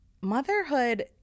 motherhood